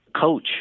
coach